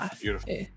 Beautiful